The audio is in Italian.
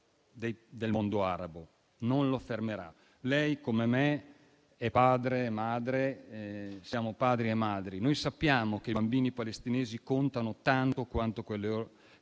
del mondo arabo. Non la fermerà. Lei, come me, è genitore. Siamo padri e madri. Noi sappiamo che le vite dei bambini palestinesi contano tanto quanto le